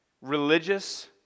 religious